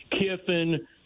Kiffin